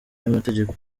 y’amategeko